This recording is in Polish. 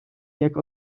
jak